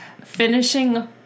Finishing